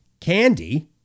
Candy